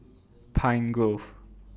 Pine Grove